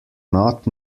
not